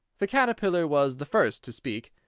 the caterpillar was the first to speak.